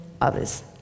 others